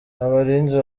abarinzi